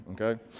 okay